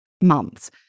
months